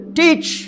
teach